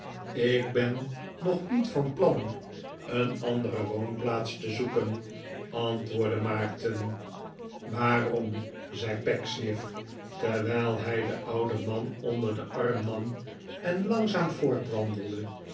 ik ben nog niet van plan een andere woonplaats te zoeken antwoordde maarten waarom zei pecksniff terwijl hij den ouden man onder den arm nam en langzaam